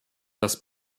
das